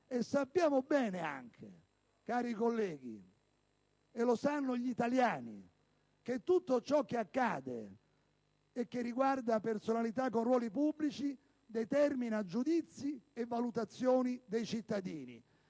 E sappiamo bene, cari colleghi, e lo sanno gli italiani, che tutto ciò che accade e che riguarda personalità con ruoli pubblici determina giudizi e valutazioni dei cittadini.